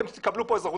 אתם תקבלו פה אזרחות.